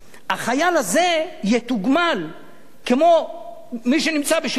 החייל הזה יתוגמל כמו מי שנמצא בשירות קבע.